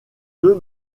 deux